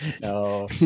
No